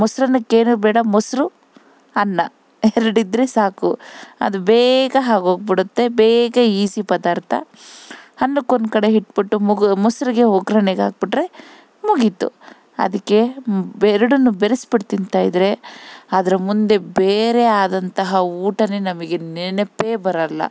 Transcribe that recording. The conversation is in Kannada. ಮೊಸರನ್ನಕ್ಕೇನೂ ಬೇಡ ಮೊಸರು ಅನ್ನ ಎರಡಿದ್ದರೆ ಸಾಕು ಅದು ಬೇಗ ಆಗೋಗ್ ಬಿಡುತ್ತೆ ಬೇಗ ಈಸಿ ಪದಾರ್ಥ ಅನ್ನಕ್ಕೊಂದ್ ಕಡೆ ಇಟ್ಬಿಟ್ಟು ಮೊಸರಿಗೆ ಒಗ್ರಣೆಗ್ ಹಾಕಿಬಿಟ್ರೆ ಮುಗೀತು ಅದಕ್ಕೆ ಎರಡನ್ನೂ ಬೆರೆಸಿ ಬಿಟ್ಟು ತಿಂತಾ ಇದ್ದರೆ ಅದರ ಮುಂದೆ ಬೇರೆ ಆದಂತಹ ಊಟನೇ ನಮಗೆ ನೆನಪೇ ಬರಲ್ಲ